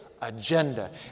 agenda